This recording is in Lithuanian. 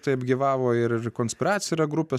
taip gyvavo ir konspiracinė grupė